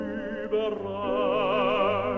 überall